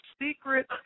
secret